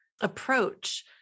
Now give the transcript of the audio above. approach